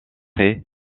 vit